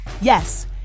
yes